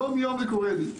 יום-יום זה קורה לי.